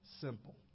simple